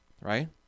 right